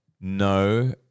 No